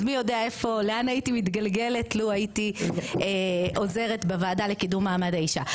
אז מי יודע לאן הייתי מתגלגלת לו הייתי עוזרת בוועדה לקידום מעמד האישה.